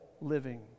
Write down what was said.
living